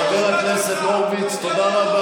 חברת הכנסת גולן, אני מבקש ממך לשבת.